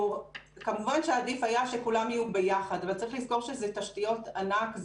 כמובן שעדיף היה שכולן יהיו ביחד אבל צריך לזכור שאלה תשתיות ענק,